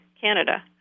Canada